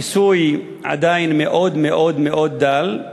הכיסוי עדיין מאוד מאוד מאוד דל,